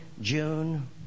June